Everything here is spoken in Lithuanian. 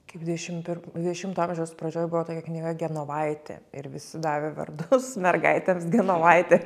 kaip dvidešim pirm dvidešimto amžiaus pradžioj buvo tokia knyga genovaitė ir visi davė vardus mergaitėms genovaitė